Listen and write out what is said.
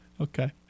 Okay